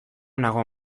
nago